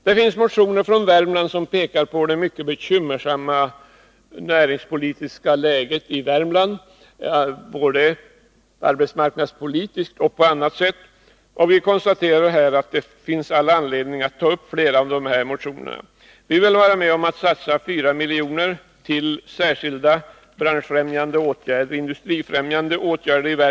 Det finns motioner från Värmland som pekar på det mycket bekymmersamma näringspolitiska läget där — både arbetsmarknadspolitiskt och på annat sätt. Det finns all anledning att ta upp flera av de motionerna. Vi vill ge utvecklingsfonden i Värmland 4 milj.kr. som skall satsas på särskilda branschfrämjande och industrifrämjande åtgärder.